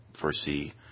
foresee